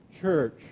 Church